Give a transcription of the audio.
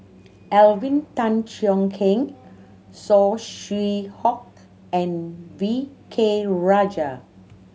Alvin Tan Cheong Kheng Saw Swee Hock and V K Rajah